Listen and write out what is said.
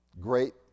great